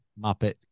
Muppet